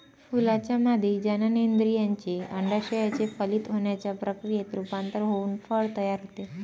फुलाच्या मादी जननेंद्रियाचे, अंडाशयाचे फलित होण्याच्या प्रक्रियेत रूपांतर होऊन फळ तयार होते